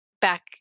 back